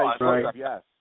Yes